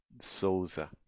Souza